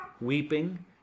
weeping